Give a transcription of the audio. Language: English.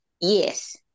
yes